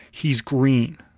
he's green,